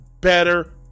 better